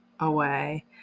away